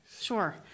Sure